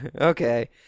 okay